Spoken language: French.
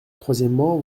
troisièmement